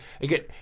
again